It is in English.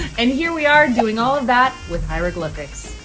and here we are, doing all of that with hieroglyphics.